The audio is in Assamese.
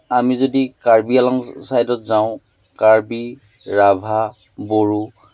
আমি যদি কাৰ্বি আংলং ছাইডত যাওঁ কাৰ্বি ৰাভা বড়ো